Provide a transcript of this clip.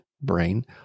brain